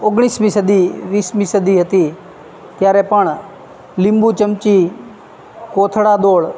ઓગણીસમી સદી વીસમી સદી હતી ત્યારે પણ લીંબુ ચમચી કોથળાદોડ